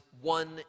one